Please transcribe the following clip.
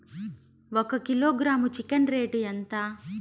ఒక kilogram chicken rate ఎంత?